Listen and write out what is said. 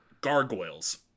gargoyles